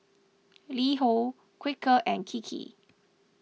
LiHo Quaker and Kiki